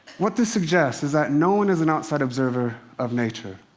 what this suggests is that no one is an outside observer of nature,